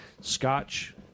scotch